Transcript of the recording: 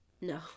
No